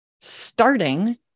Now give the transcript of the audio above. starting